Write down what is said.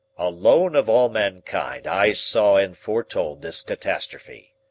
alone of all mankind i saw and foretold this catastrophe,